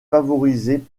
favorisée